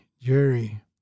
Jerry